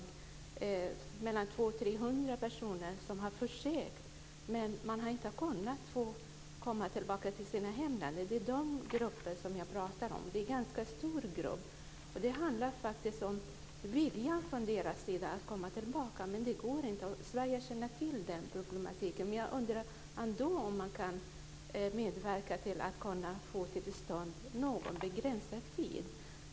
De är mellan 200 och 300 personer som har försökt, men inte kunnat få komma tillbaka till sina hemländer. Det är de grupperna jag pratar om. Det är en ganska stor grupp. De har en vilja att komma tillbaka, men det går inte. Sverige känner till problemet. Jag undrar om man kan få till stånd en begränsad tid?